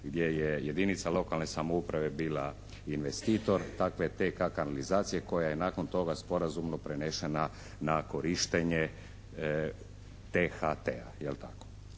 gdje je jedinica lokalne samouprave bila investitor takve TK-a kanalizacije koja je nakon toga sporazumno prenešena na korištenje THT-a,